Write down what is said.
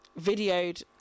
Videoed